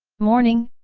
morning,